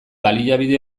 baliabide